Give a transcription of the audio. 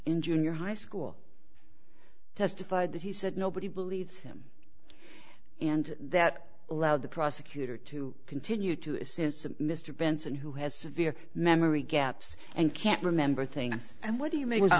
in junior high school testified that he said nobody believed him and that allowed the prosecutor to continue to assist mr benson who has severe memory gaps and can't remember things and what do you make